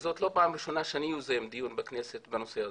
זה לא פעם ראשונה שאני יוזם דיון בכנסת בנושא הזה,